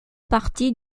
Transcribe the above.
parties